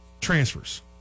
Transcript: transfers